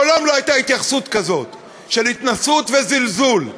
מעולם לא הייתה התייחסות כזאת של התנשאות ושל זלזול.